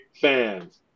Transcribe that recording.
fans